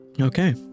Okay